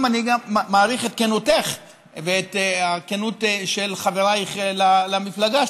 אני גם מעריך את כנותך ואת הכנות של חברייך למפלגה,